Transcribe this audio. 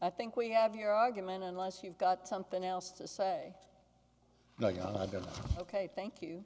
i think we have your argument unless you've got something else to say i don't think you